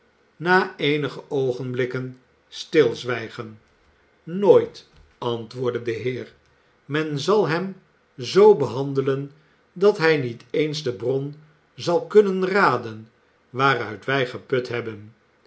na eenige oogenblikken stilzwijgens nooit antwoordde de heer men zal hem zoo behandelen dat hij niet eens de bron zal kunnen raden waaruit wij geput hebben